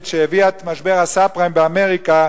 שהביאה את משבר הסאב-פריים באמריקה,